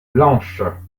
blanches